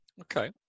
Okay